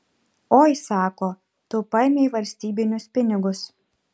oi sako tu paėmei valstybinius pinigus